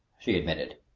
she admitted.